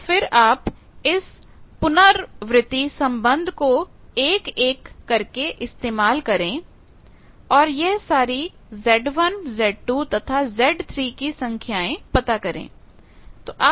और फिर आप इस पुनरावृतिसंबंध को एक एक करके इस्तेमाल करें और यह सारी Z1 Z2 तथा Z3 की संख्याएं पता करें